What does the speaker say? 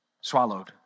swallowed